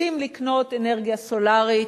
רוצים לקנות אנרגיה סולרית,